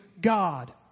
God